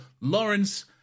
Lawrence